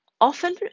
often